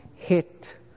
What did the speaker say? hit